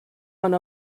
one